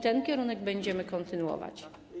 Ten kierunek będziemy kontynuować.